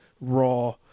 raw